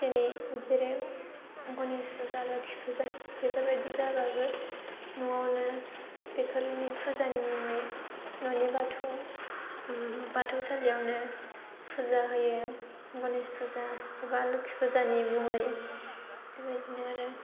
दिनै जेरै गनेश फुजा लोखि फुजा बेफोर बायदि जाबाबो न'आवनो बेफोरनि फुजानि मुङै न'नि बाथौ बाथौ सालियावनो फुजा होयो गनेश फुजा एबा लोखि फुजानि मुङै बेबायदिनो आरो